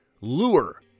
lure